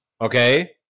Okay